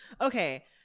Okay